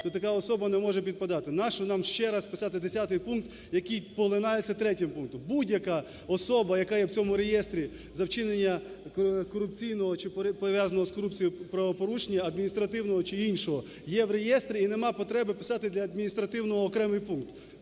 така особа не може підпадати. Навіщо нам ще раз писати 10 пункт, який поглинається 3 пунктом. Будь-яка особа, яка є в цьому реєстрі за вчинення корупційного чи пов'язаного з корупцією правопорушення адміністративного чи іншого, є в реєстрі, і немає потреби писати для адміністративного окремий пункт.